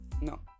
no